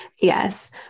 Yes